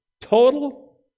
total